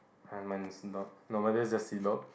mine is not normally just seatbelt